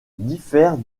diffère